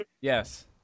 Yes